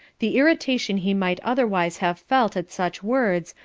the irritation he might otherwise have felt at such words,